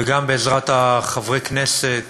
וגם בעזרת חברי הכנסת